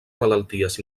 malalties